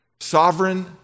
Sovereign